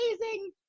amazing